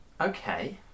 Okay